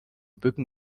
bücken